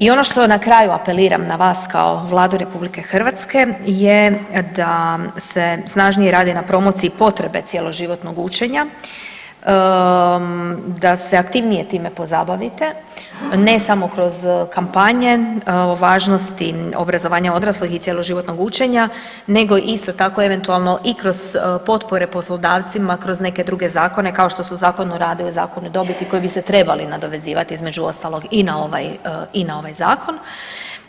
I ono što na kraju apeliram na vas kao Vladu RH je da se snažnije radi na promociji potrebe cjeloživotnog učenja, da se aktivnije time pozabavite, ne samo kroz kapanje o važnosti obrazovanja odraslih i cjeloživotnog učenja nego isto tako eventualno i kroz potpore poslodavcima kroz neke druge zakone kao što su Zakon o radu i zakon o dobiti koji bi se trebali nadovezivati između ostalog i na ovaj zakon